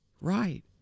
Right